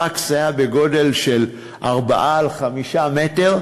הפקס היה בגודל של 4 על 5 מטר,